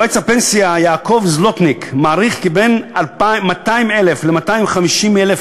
יועץ הפנסיה יעקב זלוטניק מעריך כי בין 200,000 ל-250,000